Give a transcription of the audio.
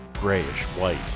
grayish-white